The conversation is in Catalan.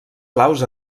claus